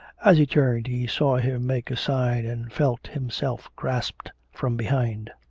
as he turned, he saw him make a sign, and felt himself grasped from behind.